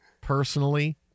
personally